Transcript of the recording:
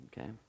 Okay